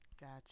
Gotcha